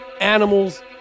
animals